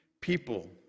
people